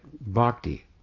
bhakti